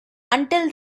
until